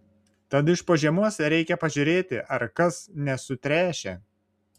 tad iš po žiemos reikia pažiūrėti ar kas nesutręšę